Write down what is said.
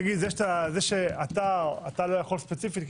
אתה לא יכול ספציפית,